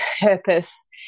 purpose